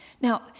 Now